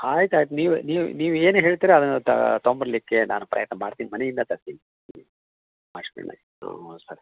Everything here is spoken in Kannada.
ಆಯ್ತು ಆಯ್ತು ನೀವೆ ನೀವು ನೀವು ಏನು ಹೇಳ್ತೀರ ಅದು ತೊಗಂಬರಲಿಕ್ಕೆ ನಾನು ಪ್ರಯತ್ನ ಮಾಡ್ತೀನಿ ಮನೆಯಿಂದ ತರ್ತೀನಿ ಹ್ಞ್ ಅಷ್ಟೆನೆ ಹಾಂ ಸರ್